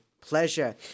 pleasure